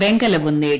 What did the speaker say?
വെങ്കലവും നേടി